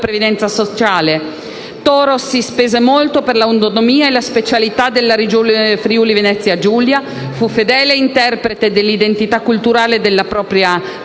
previdenza sociale. Toros si spese molto per l’autonomia e la specialità della Regione Friuli-Venezia Giulia. Fu fedele interprete dell’identità culturale della propria